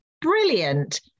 brilliant